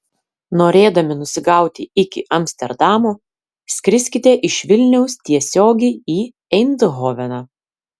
norėdami nusigauti iki amsterdamo skriskite iš vilniaus tiesiogiai į eindhoveną